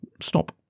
stop